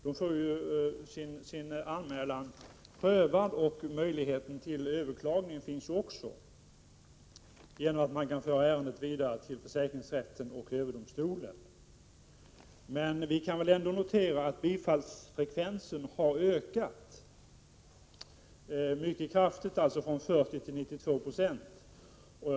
De får sitt ärende prövat och har vid avslag möjlighet att överklaga. Man kan föra ärendet vidare till försäkringsrätten och överdomstolen. Vi kan väl ändå notera att bifallsfrekvensen har ökat mycket kraftigt, från 40 till 92 96.